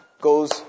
goes